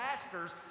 pastors